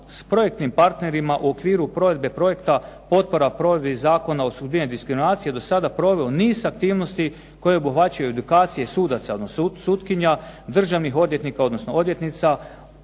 s projektnim partnerima u okviru provedbe projekta potpora provedbi Zakona o suzbijanju diskriminacije do sada proveo niz aktivnosti koje obuhvaćaju edukacije sudaca, odnosno sutkinja, državnih odvjetnika odnosno odvjetnica,